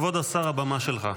כבוד השר, הבמה שלך.